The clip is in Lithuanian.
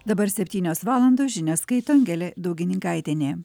dabar septynios valandos žinias skaito angelė daugininkaitienė